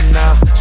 now